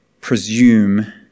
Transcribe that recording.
presume